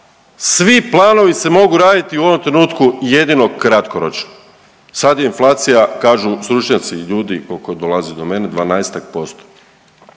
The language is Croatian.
svi planovi se mogu raditi u ovom trenutku jedino kratkoročno, sad je inflacija kažu stručnjaci i ljudi koji dolaze do mene 12-tak